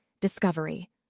discovery